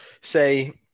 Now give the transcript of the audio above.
say